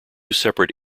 separate